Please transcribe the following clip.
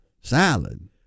salad